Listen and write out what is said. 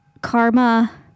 Karma